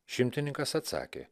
šimtininkas atsakė